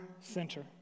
center